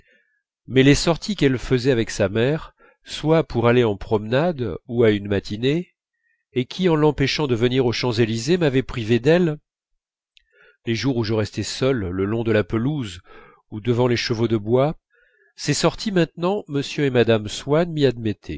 mais les sorties qu'elle faisait avec sa mère soit pour aller en promenade à une matinée et qui en l'empêchant de venir aux champs-élysées m'avaient privé d'elle les jours où je restais seul le long de la pelouse ou devant les chevaux de bois ces sorties maintenant m et mme